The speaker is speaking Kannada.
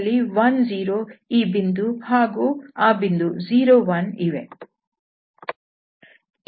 ಈ ತ್ರಿಕೋನದಲ್ಲಿ 10 ಈ ಬಿಂದು ಹಾಗೂ ಆ ಬಿಂದು 01ಇವೆ